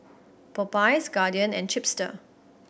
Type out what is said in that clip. Popeyes Guardian and Chipster